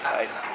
Nice